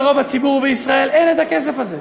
לרוב הציבור בישראל אין הכסף הזה.